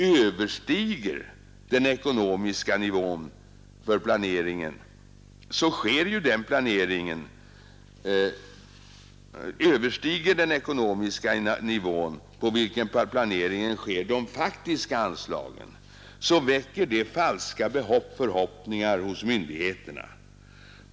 Överstiger den ekonomiska nivå, på vilken planeringen sker de faktiska anslagen, väcker det falska förhoppningar hos myndigheterna.